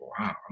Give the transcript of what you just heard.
wow